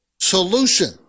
solution